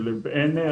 זה לבועיינה,